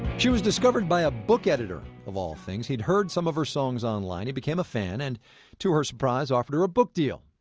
she was discovered by a book editor, of all things. he'd heard some of her songs online, became a fan, and to her surprise, offered her a book deal.